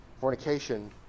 fornication